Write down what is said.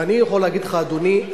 ואני יכול להגיד לך, אדוני,